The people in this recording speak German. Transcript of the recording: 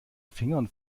fingern